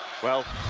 well,